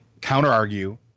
counter-argue